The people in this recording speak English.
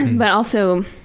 but also,